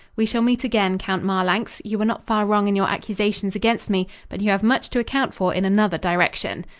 we shall meet again, count marlanx. you were not far wrong in your accusations against me, but you have much to account for in another direction.